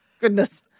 goodness